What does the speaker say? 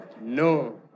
No